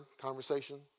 conversation